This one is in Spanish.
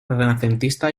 renacentista